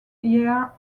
year